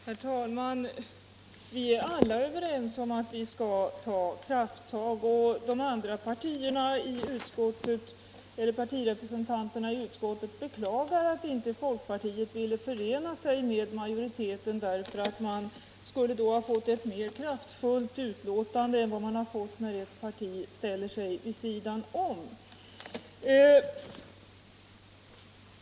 Herr talman! Vi är alla överens om att vi skall ta krafttag. Representanterna för de övriga partierna i utskottet beklagade att inte folkpartiet ville förena sig med majoriteten. Man skulle i så fall ha fått ett mer kraftfullt betänkande än man nu kunnat få när ett parti ställt sig vid sidan om.